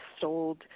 sold